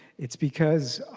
it is because